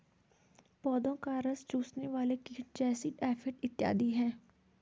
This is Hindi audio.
पौधों का रस चूसने वाले कीट जैसिड, एफिड इत्यादि हैं